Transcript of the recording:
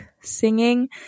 singing